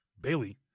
Bailey